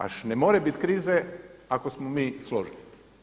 A ne more bit krize ako smo mi složni.